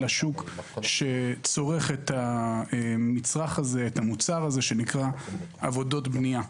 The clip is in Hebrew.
השוק שצורך את המוצר הזה שנקרא עבודות בנייה.